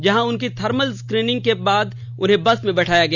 वहीं उनकी thermal screening करने के बाद उन्हें बस में बैठाया गया